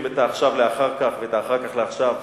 את העכשיו לאחר כך ואת האחר כך לעכשיו.